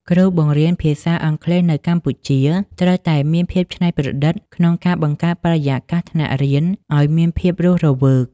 គ្រូបង្រៀនភាសាអង់គ្លេសនៅកម្ពុជាត្រូវតែមានភាពច្នៃប្រឌិតក្នុងការបង្កើតបរិយាកាសថ្នាក់រៀនឱ្យមានភាពរស់រវើក។